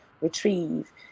retrieve